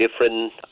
different